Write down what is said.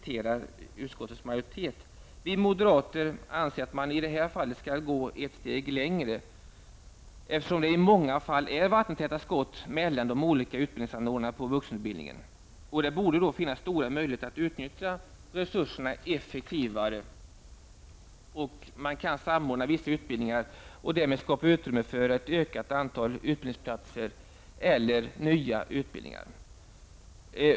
Vi moderater anser att man i det här fallet skall gå ett steg längre, eftersom det i många fall är vattentäta skott mellan de olika utbildningsanordnarna på vuxenutbildningsområdet. Det borde finnas stora möjligheter att utnyttja resurserna effektivare. Man kan samordna vissa utbildningar och därmed skapa utrymme för ett ökat antal utbildningsplatser eller nya utbildningar.